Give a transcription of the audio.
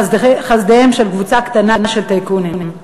לחסדיהם של קבוצה קטנה של טייקונים.